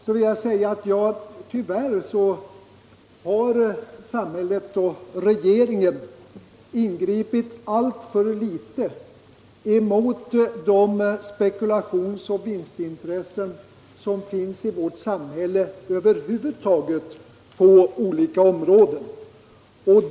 Då vill jag säga att tyvärr har samhället och regeringen ingripit alltför litet mot de spekulations och vinstintressen som finns på olika områden inom vårt samhälle.